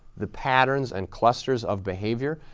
the patterns, and clusters of behavior.